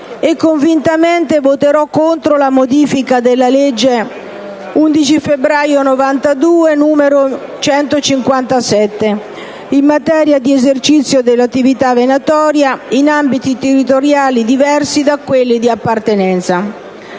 e convintamente voterò contro la modifica della legge 11 febbraio 1992, n. 157, in materia di esercizio di attività venatoria in ambiti territoriali diversi da quelli di appartenenza.